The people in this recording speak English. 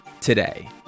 today